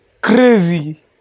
crazy